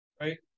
right